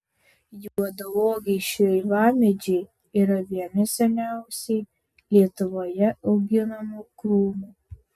juodauogiai šeivamedžiai yra vieni seniausiai lietuvoje auginamų krūmų